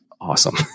awesome